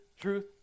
truth